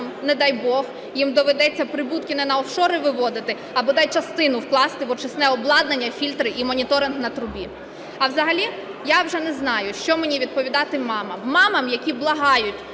не дай Бог, їм доведеться прибутки не на офшори виводити, а бодай частину вкласти в очисне обладнання, фільтри і моніторинг на трубі. А взагалі я вже не знаю, що мені відповідати мамам, мамам, які благають